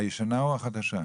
הישנה או החדשה?